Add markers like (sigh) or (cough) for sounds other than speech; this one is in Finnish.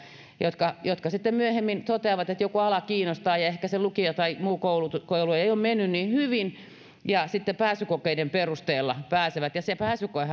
jotka sitten myöhemmin toteavat että joku ala kiinnostaa ehkä se lukio tai muu koulu ei ole mennyt niin hyvin mutta sitten pääsykokeiden perusteella he pääsevät opiskelemaan se pääsykoe (unintelligible)